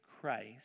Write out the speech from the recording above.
Christ